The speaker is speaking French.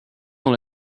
dans